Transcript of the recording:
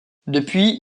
depuis